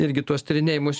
irgi tuos tyrinėjimus